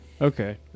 Okay